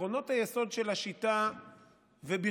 עקרונות היסוד של השיטה ובכלל